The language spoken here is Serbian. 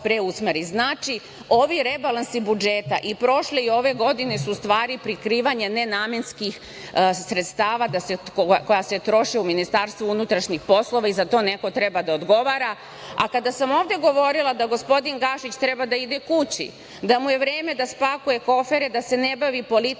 ovi rebalansi budžeta, i prošle i ove godine, su u stvari prikrivanje nenamenski sredstava koja se troše u MUP i za to neko treba da odgovara. Kada sam ovde govorila da gospodin Gašić treba da ide kući, da mu je vreme da spakuje kofere, da se ne bavi politikom,